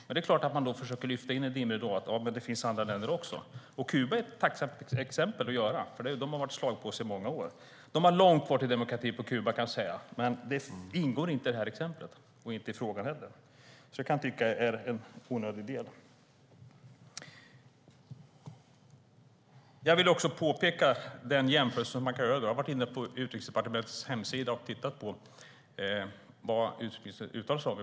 Ministern försöker dock lägga ut en dimridå med andra länder, och Kuba är ett tacksamt exempel eftersom landet har varit slagpåse i många år. Kuba har visserligen långt till demokrati, men det ingår inte i exemplet eller frågan och är därför onödigt att ta med. Jag har varit inne på Utrikesdepartementets hemsida och tittat på vilka länder utrikesministern uttalar sig om.